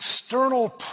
external